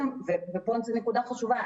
ופה זו נקודה חשובה,